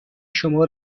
شما